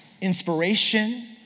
inspiration